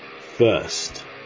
First